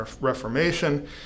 Reformation